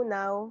now